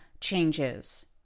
changes